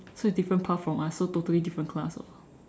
so it's different path from us so totally different class orh